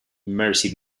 mercy